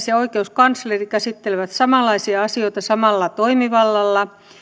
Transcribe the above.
ja oikeuskansleri käsittelevät samanlaisia asioita samalla toimivallalla